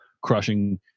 crushing